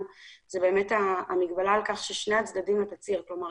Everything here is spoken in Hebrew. היא המגבלה על כך ששני הצדדים לתצהיר כלומר,